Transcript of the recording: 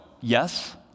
yes